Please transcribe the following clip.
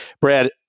Brad